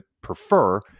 prefer